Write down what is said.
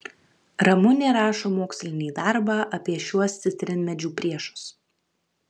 ramunė rašo mokslinį darbą apie šiuos citrinmedžių priešus